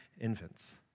infants